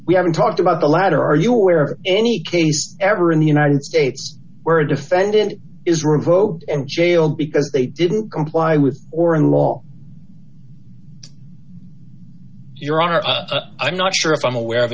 we haven't talked about the latter are you aware of any case ever in the united states where a defendant is revoked and jailed because they didn't comply with or in law your honor i'm not sure if i'm aware of